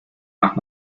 más